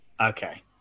Okay